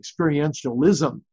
experientialism